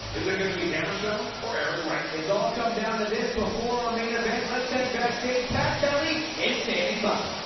is it going to be hammerstone? or eric right? bc it's all come down to this. before our main event let's head backstaget pat kelly is standing by